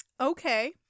Okay